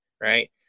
Right